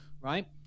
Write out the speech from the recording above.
right